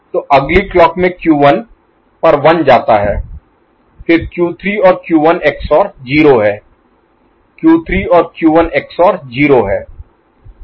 तो अगली क्लॉक में Q1 पर 1 जाता है फिर Q3 और Q1 XOR 0 है Q3 और Q1 XOR 0 है